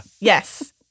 Yes